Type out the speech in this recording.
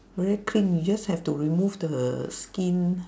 very clean you just have to remove the skin